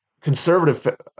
conservative